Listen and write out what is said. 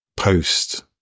Post